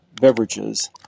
beverages